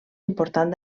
important